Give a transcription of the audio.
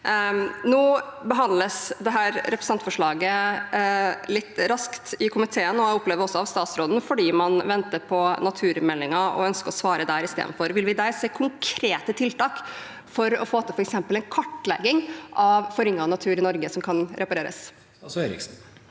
Nå behandles dette representantforslaget litt raskt i komiteen, og jeg opplever også at statsråden venter på naturmeldingen og ønsker å svare der i stedet. Vil vi der se konkrete tiltak for å få til f.eks. en kartlegging av forringet natur i Norge som kan repareres?